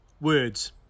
words